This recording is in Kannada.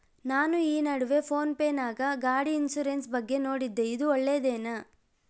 ನಾನು ಈ ನಡುವೆ ಫೋನ್ ಪೇ ನಾಗ ಗಾಡಿ ಇನ್ಸುರೆನ್ಸ್ ಬಗ್ಗೆ ನೋಡಿದ್ದೇ ಇದು ಒಳ್ಳೇದೇನಾ?